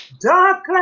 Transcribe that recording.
Dark